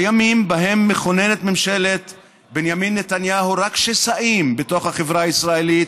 בימים שבהם מכוננת ממשלת בנימין נתניהו רק שסעים בתוך החברה הישראלית,